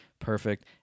perfect